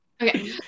Okay